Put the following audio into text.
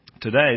Today